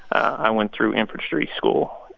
i went through infantry school.